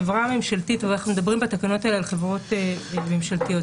אנחנו מדברים בתקנות האלה על חברות ממשלתיות,